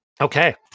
Okay